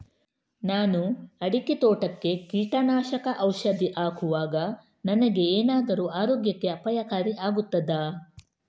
ನಾನು ಅಡಿಕೆ ತೋಟಕ್ಕೆ ಕೀಟನಾಶಕ ಔಷಧಿ ಹಾಕುವಾಗ ನನಗೆ ಏನಾದರೂ ಆರೋಗ್ಯಕ್ಕೆ ಅಪಾಯಕಾರಿ ಆಗುತ್ತದಾ?